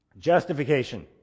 Justification